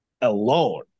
alone